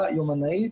ליומנאי,